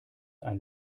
ein